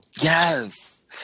yes